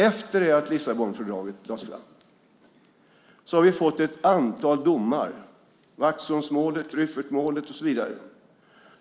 Efter det att Lissabonfördraget lades fram har vi fått ett antal domar - Vaxholmsmålet, Rüffertmålet och så vidare.